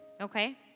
okay